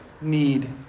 need